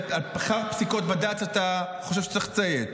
לפסיקות בד"ץ אתה חושב שצריך לציית,